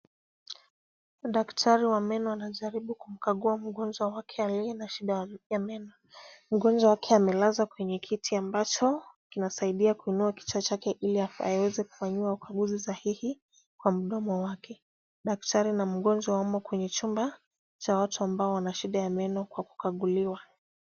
Daktari wa meno anajaribu kumkagua mgonjwa wake aliye na shida ya meno. Mgonjwa wake amelazwa kwenye kiti ambacho kinasaidia kuinua kichwa chake ili aweze kufanyiwa ukaguzi sahihi kwa mdomo wake. Daktari na mgonjwa wamo kwenye chumba cha watu ambao wana shida ya meno kwa kukaguliwa.